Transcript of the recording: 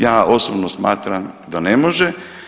Ja osobno smatram da ne može.